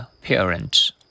parents